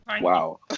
wow